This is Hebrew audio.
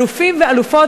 אלופים ואלופות,